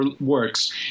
works